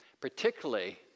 particularly